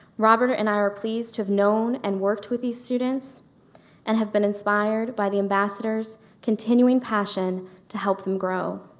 robert and i are pleased to have known and worked with these students and have been inspired by the ambassador's continuing passion to help them grow.